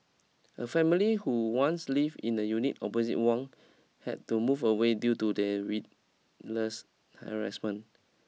a family who once lived in a unit opposite Wang had to move away due to her read less harassment